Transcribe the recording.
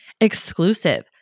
exclusive